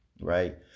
right